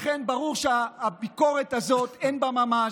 לכן ברור שהביקורת הזאת, אין בה ממש.